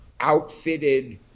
outfitted